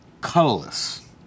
colorless